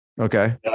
Okay